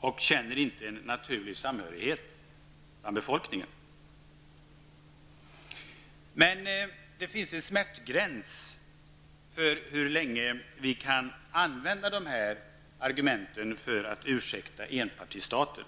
och befolkningen känner inte en naturlig samhörighet. Men det finns en smärtgräns för hur länge vi kan använda de här argumenten för att ursäkta enpartistater.